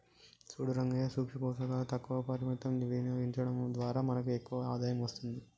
సూడు రంగయ్యా సూక్ష పోషకాలు తక్కువ పరిమితం వినియోగించడం ద్వారా మనకు ఎక్కువ ఆదాయం అస్తది